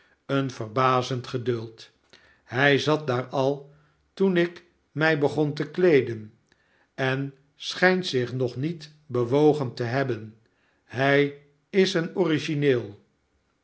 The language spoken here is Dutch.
een verbazend geduld hij zat daar al toen ik mij begon te kleeden en schijnt zich nog niet bewogen te hebben hij is een origineel